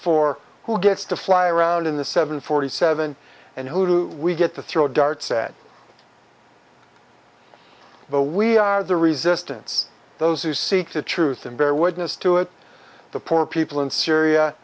for who gets to fly around in the seven forty seven and who we get to throw darts at but we are the resistance those who seek the truth and bear witness to it the poor people in syria